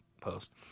post